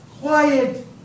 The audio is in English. Quiet